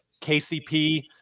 kcp